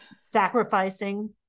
sacrificing